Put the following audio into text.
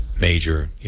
major